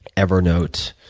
evernote,